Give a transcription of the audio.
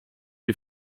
die